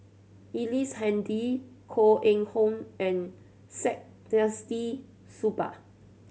Ellice Handy Koh Eng Hoon and Saktiandi Supaat